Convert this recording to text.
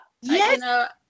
Yes